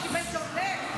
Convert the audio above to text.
מה, הם קיבלו דום לב?